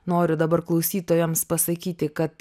noriu dabar klausytojams pasakyti kad